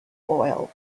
oil